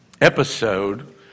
episode